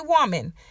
woman